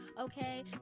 okay